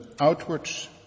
outwards